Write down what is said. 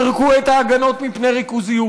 פירקו את ההגנות מפני ריכוזיות,